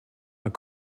are